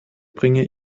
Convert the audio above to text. bringe